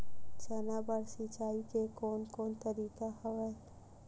चना बर सिंचाई के कोन कोन तरीका हवय?